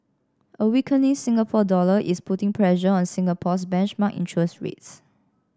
a weakening Singapore dollar is putting pressure on Singapore's benchmark interest rates